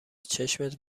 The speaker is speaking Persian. چشمت